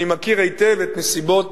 אני מכיר היטב את הנסיבות